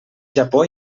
japó